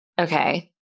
Okay